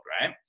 Right